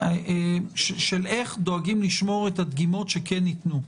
של איך דואגים לשמור את הדגימות שכן ניתנו.